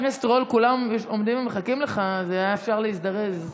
כולם עומדים ומחכים לך, אז היה אפשר להזדרז.